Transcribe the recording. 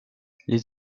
les